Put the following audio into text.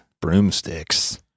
Broomsticks